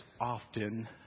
often